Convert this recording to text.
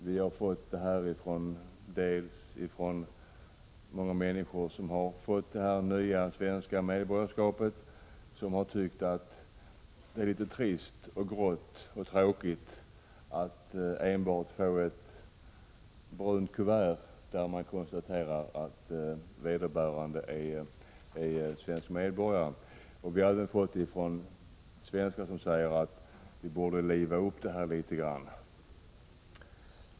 Vi har fått idén dels från många människor som blivit svenska medborgare och som tyckt att det har varit litet trist, grått och tråkigt att bara få ett brunt kuvert innehållande enbart ett konstaterande att vederbörande är svensk medborgare, dels från svenskar som menar att vi borde liva upp denna händelse litet grand.